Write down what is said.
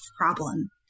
problem